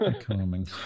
Calming